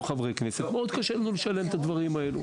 חברי כנסת קשה מאוד לשלם את הדברים האלה.